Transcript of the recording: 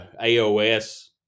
AOS